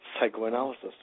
psychoanalysis